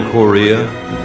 Korea